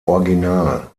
original